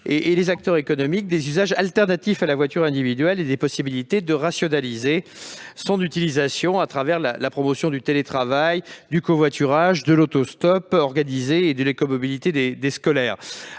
et les acteurs économiques des usages alternatifs à la voiture individuelle et des possibilités de rationaliser son utilisation à travers la promotion du télétravail, du covoiturage, de l'autostop organisé et de l'écomobilité des scolaires.